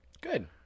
Good